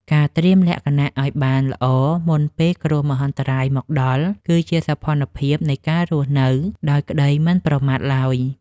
ការត្រៀមលក្ខណៈឱ្យបានល្អមុនពេលគ្រោះមហន្តរាយមកដល់ គឺជាសោភ័ណភាពនៃការរស់នៅដោយក្តីមិនប្រមាទឡើយ។